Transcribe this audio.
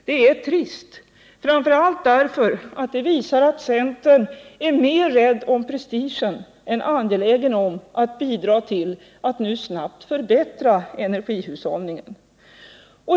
Det är trist, framför allt därför att det visar att centern är mer rädd om prestigen än angelägen om att bidra till att nu snabbt förbättra energihushållningen.